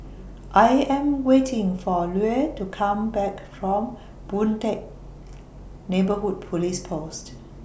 I Am waiting For Lue to Come Back from Boon Teck Neighbourhood Police Post